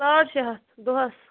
ساڈ شےٚ ہتھ دۄہس